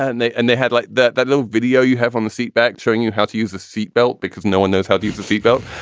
and they and they had like that that little video you have on the seatback showing you how to use a seatbelt because no one knows how to use a seatbelt.